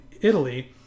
Italy